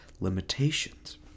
limitations